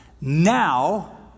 now